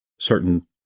certain